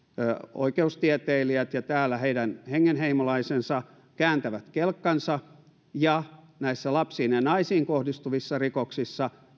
oikeustieteilijät ja täällä heidän hengenheimolaisensa kääntävät kelkkansa ja näissä lapsiin ja naisiin kohdistuvissa rikoksissa